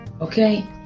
okay